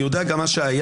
אני גם יודע מה שהיה,